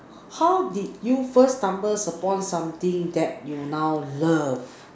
how did you first stumble upon something that you now love